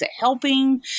helping